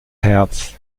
herz